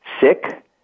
sick